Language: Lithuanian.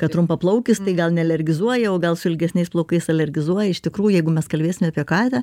kad trumpaplaukis tai gal nealergizuoja o gal su ilgesniais plaukais alergizuoja iš tikrųjų jeigu mes kalbėsim apie katę